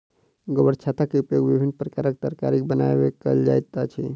गोबरछत्ता के उपयोग विभिन्न प्रकारक तरकारी बनबय कयल जाइत अछि